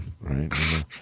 right